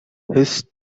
his